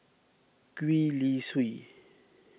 Gwee Li Sui